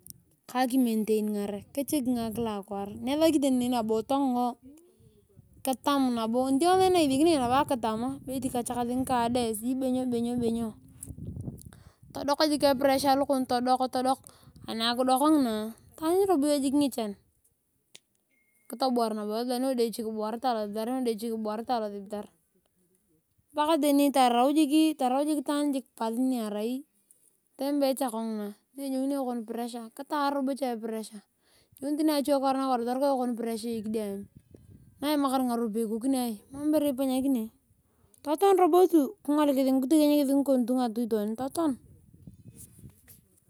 Ka akinentaingare kechikingae kila akwaar nyaraki tani nabo tongoo. He nabo ngasaa na isiekinea iyo nabo akitam atamar kachakasi ngikatee benyo benyo benyo. todok jik epressure lokong tudok ani akidok ngina taanyu robo iyong jik ngichan. kitobuwor losibitar odiochichi kitobuwar lobitar paka tani tarau itaan pass niarai itembe cha kengina ninye unio ekon pressure kitaar. na imamakar ngaropiya ikokinia mam ibore kokini loton robo tu kitokienyikis ngitinga ken nitutoni toton nyenguna makei nyenguna.